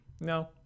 no